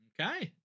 okay